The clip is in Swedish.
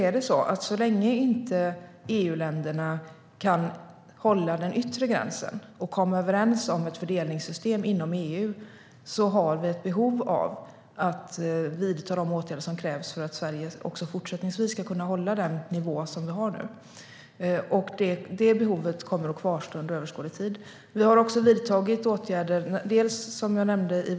Men så länge EU-länderna inte kan hålla den yttre gränsen och komma överens om ett fördelningssystem inom EU har vi ett behov av att vidta de åtgärder som krävs för att Sverige också fortsättningsvis ska kunna hålla den nivå som vi har nu. Det behovet kommer att kvarstå under överskådlig tid. Jag kan nämna ett par åtgärder som vi har vidtagit.